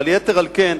אבל יתר על כן,